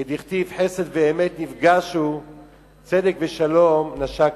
כדכתיב: "חסד ואמת נפגשו צדק ושלום נשקו".